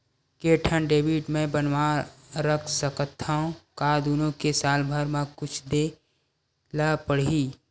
के ठन डेबिट मैं बनवा रख सकथव? का दुनो के साल भर मा कुछ दे ला पड़ही?